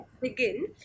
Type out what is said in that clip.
begin